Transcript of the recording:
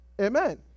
Amen